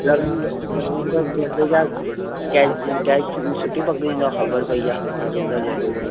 Ravindra Ravindra Jadeja catch catch सुठी पकड़ींदो आहे ख़बर पई आहे रविन्द्र जडेजा